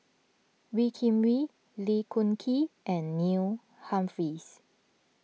Wee Kim Wee Lee Choon Kee and Neil Humphreys